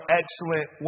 excellent